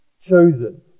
chosen